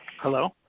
Hello